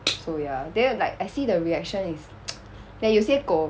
so ya then was like I see the reaction is then 有些狗